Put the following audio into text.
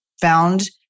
found